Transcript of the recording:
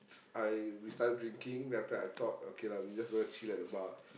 I we started drinking then after that I thought okay lah we just go and chill at the bar